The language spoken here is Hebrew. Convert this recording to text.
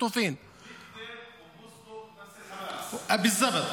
(אומר דברים בשפה הערבית, להלן תרגומם:) תודה רבה.